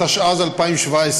התשע"ז 2017,